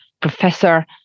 Professor